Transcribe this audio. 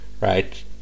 right